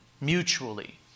mutually